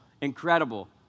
incredible